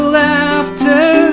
laughter